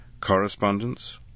correspondence